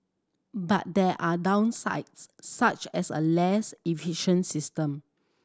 but there are downsides such as a less efficient system